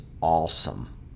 awesome